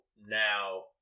now